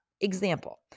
Example